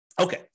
Okay